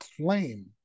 claim